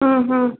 ಹ್ಞೂ ಹ್ಞೂ